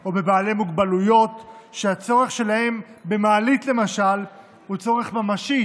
או בבעלי מוגבלויות שהצורך שלהם במעלית למשל הוא צורך ממשי,